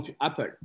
Apple